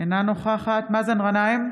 אינה נוכחת מאזן גנאים,